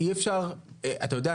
אי אפשר --- אתה יודע,